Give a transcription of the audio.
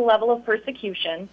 level of persecution